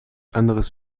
anderes